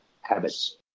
habits